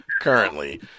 currently